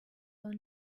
were